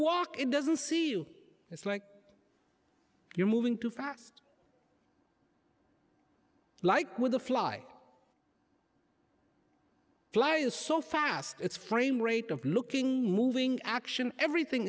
walk in doesn't see you it's like you're moving too fast like with the fly fly is so fast it's frame rate of looking moving action everything